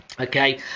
okay